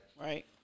Right